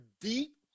deep